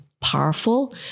powerful